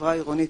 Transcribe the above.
חברה עירונית